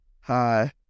Hi